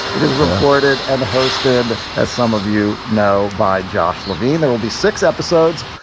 it is reported and hosted, as some of you know, by josh levine. there will be six episodes,